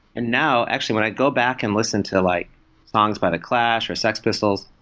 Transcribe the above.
and now, actually, when i go back and listen to like songs by the clash, or sex pistols,